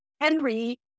Henry